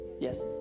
Yes